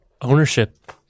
ownership